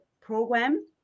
program